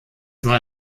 war